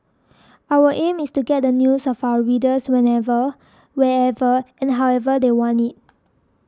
our aim is to get the news of our readers whenever wherever and however they want it